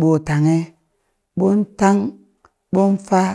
ɓo tanghe ɓon tang ɓon faa